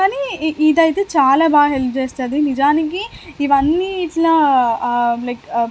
కానీ ఇ ఇదైతే చాలా బా హెల్ప్ చేస్తుంది నిజానికి ఇవన్నీ ఇలా లేక్